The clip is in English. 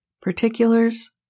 particulars